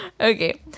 Okay